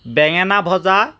বেঙেনা ভজা